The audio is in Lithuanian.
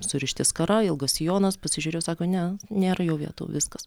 surišti skara ilgas sijonas pasižiūrėjo sako ne nėra jau vietų viskas